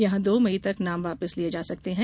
यहां दो मई तक नाम वापस लिये जा सकते हैं